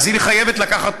אז היא חייבת לקחת